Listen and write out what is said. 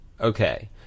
Okay